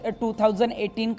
2018